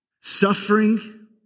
Suffering